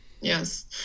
Yes